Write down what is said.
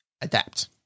adapt